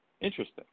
Interesting